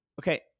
okay